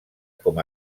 com